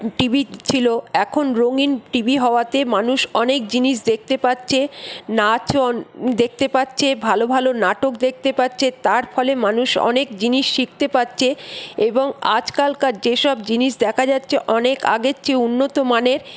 TV ছিল এখন রঙিন টিভি হওয়াতে মানুষ অনেক জিনিস দেখতে পাচ্ছে নাচন দেখতে পারছে ভালো ভালো নাটক দেখতে পাচ্ছে তার ফলে মানুষ অনেক জিনিস শিখতে পাচ্ছে এবং আজকালকার যেসব জিনিস দেখা যাচ্ছে অনেক আগের চেয়ে উন্নতমানের